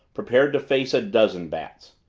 prepared to face a dozen bats!